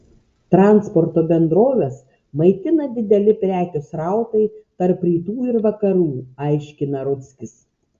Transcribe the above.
transporto bendroves maitina dideli prekių srautai tarp rytų ir vakarų aiškina rudzkis